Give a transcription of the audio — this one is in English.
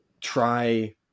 try